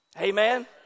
Amen